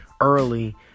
early